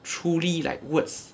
truly like words